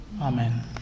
Amen